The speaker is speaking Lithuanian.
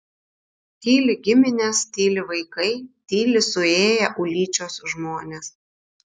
tyli giminės tyli vaikai tyli suėję ulyčios žmonės